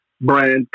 brand